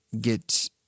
get